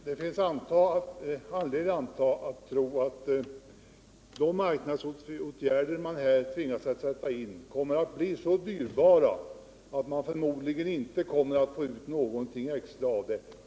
Herr talman! Det finns anledning tro att de marknadsföringsåtgärder man tvingas sätta in kommer att bli så dyrbara att man inte får ut någonting extra av dem.